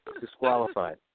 Disqualified